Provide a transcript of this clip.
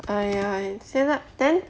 !aiya! you see lah then